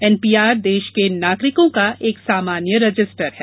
NPR देश के नागरिकों का एक सामान्य रजिस्टर है